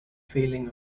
feeling